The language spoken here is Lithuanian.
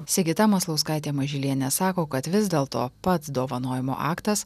sigita maslauskaitė mažylienė sako kad vis dėlto pats dovanojimo aktas